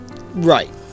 Right